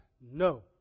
No